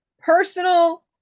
Personal